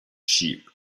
sheep